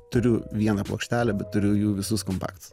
turiu vieną plokštelę bet turiu jų visus kompaktus